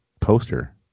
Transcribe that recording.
poster